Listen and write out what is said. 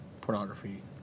pornography